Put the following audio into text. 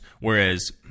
Whereas